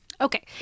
Okay